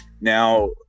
Now